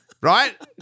Right